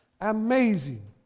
Amazing